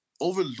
over